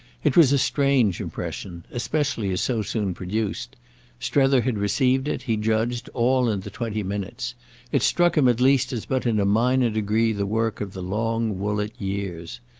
it was a strange impression, especially as so soon produced strether had received it, he judged, all in the twenty minutes it struck him at least as but in a minor degree the work of the long woollett years.